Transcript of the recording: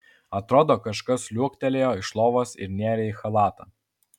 atrodo kažkas liuoktelėjo iš lovos ir nėrė į chalatą